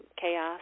chaos